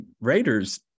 Raiders